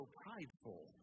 prideful